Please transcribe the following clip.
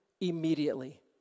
immediately